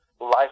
life